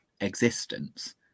existence